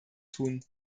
tun